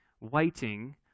waiting